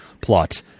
plot